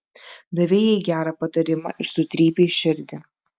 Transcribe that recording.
davei jai gerą patarimą ir sutrypei širdį